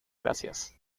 gracias